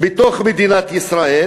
בתוך מדינת ישראל,